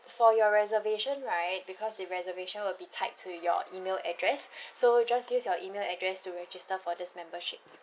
for your reservation right because the reservation will be tied to your email address so just use your email address to register for this membership